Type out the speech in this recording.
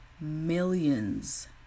millions